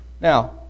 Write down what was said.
Now